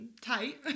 Tight